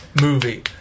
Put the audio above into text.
movie